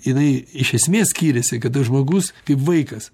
jinai iš esmės skyriasi kada žmogus kaip vaikas